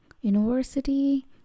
university